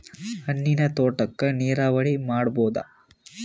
ಹಣ್ಣಿನ್ ತೋಟಕ್ಕ ನೀರಾವರಿ ಮಾಡಬೋದ?